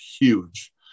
huge